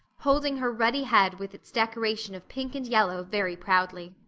holding her ruddy head with its decoration of pink and yellow very proudly.